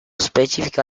specifica